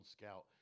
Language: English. scout